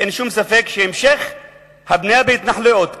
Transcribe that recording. שהמשך הבנייה בהתנחלויות,